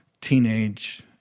teenage